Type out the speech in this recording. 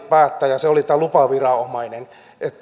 päättää ja se on tämä lupaviranomainen